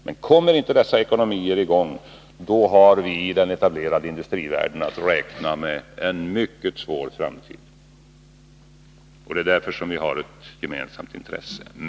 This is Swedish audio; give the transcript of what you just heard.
Men kommer inte dessa ekonomier i gång, då har vi i den etablerade industrivärlden att räkna med en mycket svår framtid. Och det är därför som vi har ett gemensamt intresse.